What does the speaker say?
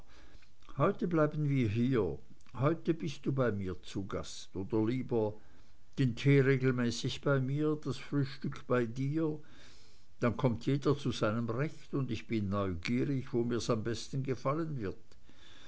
heute bleiben wir hier heute bist du bei mir zu gast oder lieber so den tee regelmäßig bei mir das frühstück bei dir dann kommt jeder zu seinem recht und ich bin neugierig wo mir's am besten gefallen wird